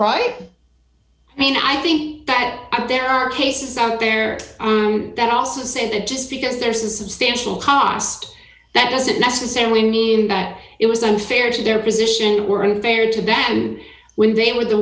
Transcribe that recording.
right i mean i think that there are cases out there that also say that just because there is a substantial cost that doesn't necessarily mean that it was unfair to their position were unfair to that and when they were the